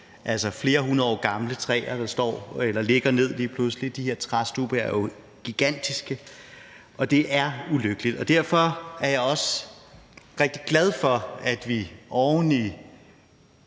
altså flere hundrede år gamle træer, der lige pludselig ligger ned. De her træstubbe er jo gigantiske, og det er ulykkeligt. Derfor er jeg også rigtig glad for, at vi oven i